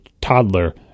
toddler